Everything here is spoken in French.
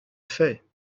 fait